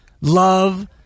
love